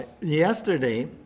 Yesterday